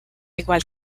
igual